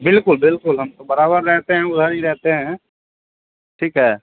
बिल्कुल बिल्कुल हम तो बराबर रहते हैं उधर ही रहते हैं ठीक है